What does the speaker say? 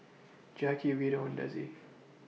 Jacki Vito and Dezzie